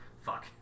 Fuck